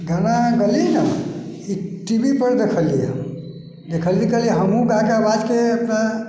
गाना गेलिए ने ई टीवीपर देखलिए हम देखलिए कहलिए हमहूँ गाके आवाजके अपना